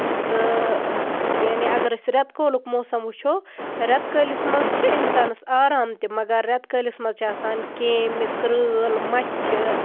تہٕ یعنی اَگر أسۍ ریٚتہٕ کولُک موسَم وُچھو ریٚتہٕ کٲلِس منٛز چھُ اِنسانَس آرام تہِ مَگر ریٚتہٕ کٲلِس منٛز چھِ آسان کیمۍ کرۭل مَچھِ